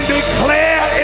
declare